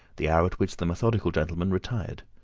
the hour at which the methodical gentleman retired.